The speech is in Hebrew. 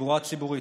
תחבורה ציבורית,